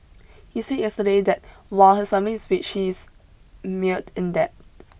he said yesterday that while his family is rich he is mired in debt in debt